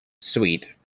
Sweet